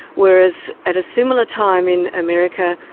whereas at a similar time in america,